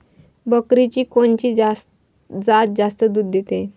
बकरीची कोनची जात जास्त दूध देते?